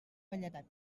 velledat